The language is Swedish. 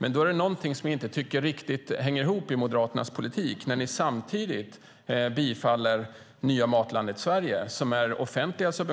Jag tycker inte att det riktigt hänger ihop i Moderaternas politik när ni bifaller offentliga subventioner till